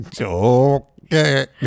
okay